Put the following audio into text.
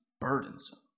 burdensome